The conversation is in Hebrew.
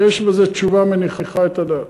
שיש בזה תשובה מניחה את הדעת.